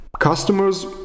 Customers